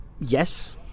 yes